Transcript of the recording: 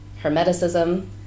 Hermeticism